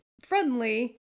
friendly